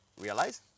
realize